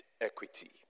equity